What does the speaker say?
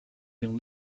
been